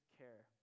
care